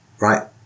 Right